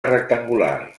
rectangular